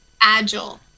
agile